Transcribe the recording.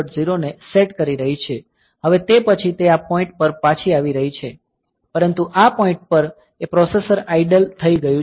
0 ને સેટ કરી રહી છે હવે તે પછી તે આ પોઈન્ટ પર પાછી આવી શકે છે પરંતુ આ પોઈન્ટ પર એ પ્રોસેસર આઇડલ થઈ ગયું છે